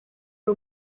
ari